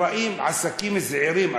נקראים עסקים זעירים,